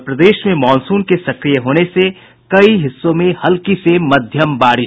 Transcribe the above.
और प्रदेश में मॉनसून के सकिय होने से कई हिस्सों में हल्की से मध्यम बारिश